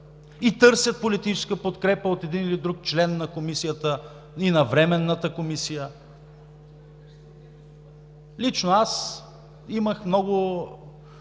и търсят политическа подкрепа от един или друг член на Комисията, и на Временната комисия. Лично аз имах много